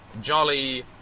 jolly